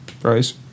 price